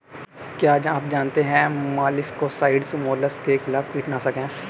क्या आप जानते है मोलस्किसाइड्स मोलस्क के खिलाफ कीटनाशक हैं?